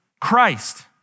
Christ